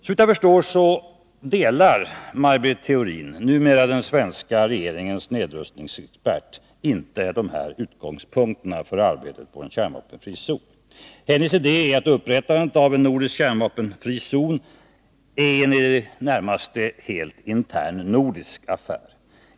Såvitt jag förstår delar Maj Britt Theorin, numera den svenska regeringens nedrustningsexpert, inte de här utgångspunkterna för arbetet för en kärnvapenfri zon. Hennes idé är att upprättandet av en nordisk kärnvapenfri zon är en i det närmaste helt intern nordisk affär.